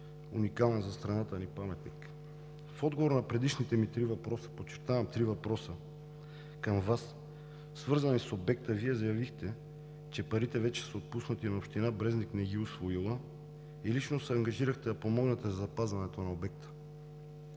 уникален за страната ни паметник. В отговор на предишните ми три въпроса, подчертавам, три въпроса към Вас, свързани с обекта, Вие заявихте, че парите вече са отпуснати, но община Брезник не ги е усвоила и лично се ангажирахте да помогнете за запазването на обекта.